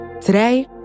Today